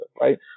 right